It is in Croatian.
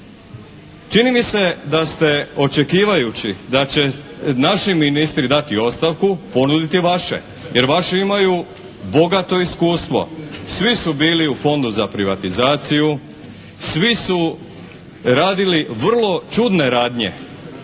Čini mi se da ste očekivajući da će naši ministri dati ostavku, ponuditi vaše, jer vaši imaju bogato iskustvo. Svi su bili u Fondu za privatizaciju, svi su radili vrlo čudne radnje.